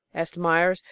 asked meyers,